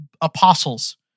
apostles